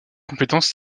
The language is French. compétence